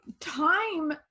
time